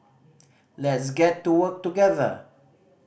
let's get to work together